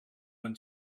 when